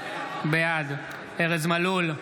בעד ארז מלול,